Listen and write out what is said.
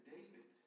David